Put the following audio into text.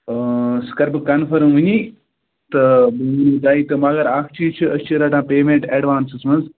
اۭں سُہ کَرٕ بہٕ کَنفٲرٕم وُنی تہٕ بہٕ ؤنہو تۄہہِ تہٕ مگر اَکھ چیٖز چھِ أسۍ چھِ رَٹان پیمٮ۪نٛٹ ایٚڈوانسَس منٛز